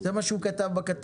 זה מה שהוא כתב בכתבה.